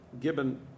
Gibbon